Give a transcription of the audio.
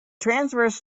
transverse